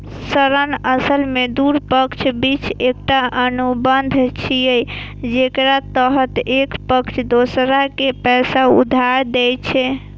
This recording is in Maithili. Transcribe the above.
ऋण असल मे दू पक्षक बीच एकटा अनुबंध छियै, जेकरा तहत एक पक्ष दोसर कें पैसा उधार दै छै